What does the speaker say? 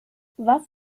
was